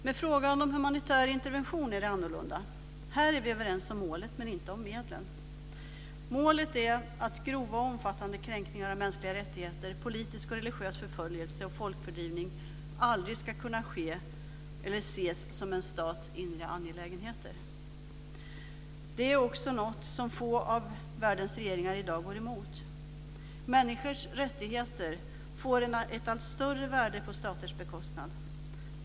Med frågan om humanitär intervention är det annorlunda. Här är vi överens om målet, men inte om medlen. Målet är att grova och omfattande kränkningar av mänskliga rättigheter, politisk och religiös förföljelse samt folkfördrivning aldrig ska kunna ses som en stats inre angelägenheter. Detta är också något som få av världens regeringar i dag går emot. Människors rättigheter får ett allt större värde på staters bekostnad.